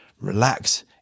Relax